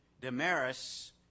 Damaris